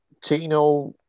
Tino